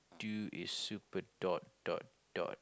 do is super dot dot dot